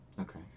Okay